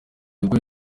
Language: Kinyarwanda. gukora